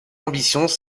ambitions